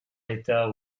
l’état